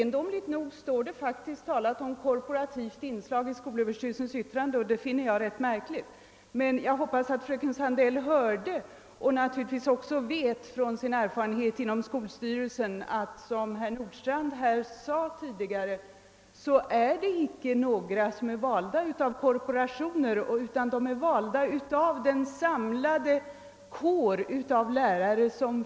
Naturligtvis vet emellertid fröken Sandell från sin erfarenhet inom skolstyrelsen att — som herr Nordstrandh sade tidigare — representanterna icke är valda av några korporationer utan av den samlade kåren av lärare.